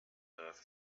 earth